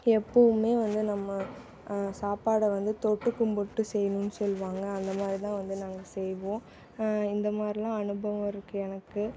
எப்பவும் வந்து நம்ம சாப்பாடை வந்து தொட்டு கும்பிட்டு செய்ணும்னு சொல்வாங்க அந்தமாதிரி தான் வந்து நாங்கள் செய்வோம் இந்த மாதிரிலாம் அனுபவம் இருக்குது எனக்கு